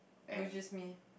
which is me